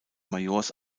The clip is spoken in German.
majors